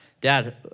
dad